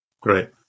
Great